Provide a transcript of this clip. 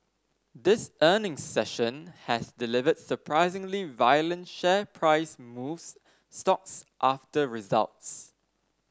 this earnings session has delivered surprisingly violent share price moves stocks after results